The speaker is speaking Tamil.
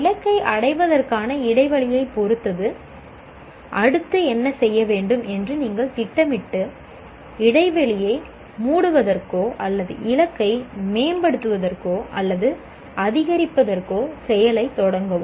இலக்கை அடைவதற்கான இடைவெளியைப் பொறுத்து அடுத்து என்ன செய்ய வேண்டும் என்று நீங்கள் திட்டமிட்டு இடைவெளியை மூடுவதற்கோ அல்லது இலக்கை மேம்படுத்துவதற்கோ அல்லது அதிகரிப்பதற்கோ செயலைத் தொடங்கவும்